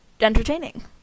entertaining